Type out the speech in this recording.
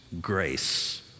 grace